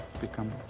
become